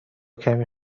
کمی